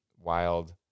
wild